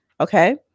Okay